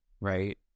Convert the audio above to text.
right